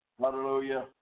hallelujah